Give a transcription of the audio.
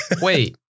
Wait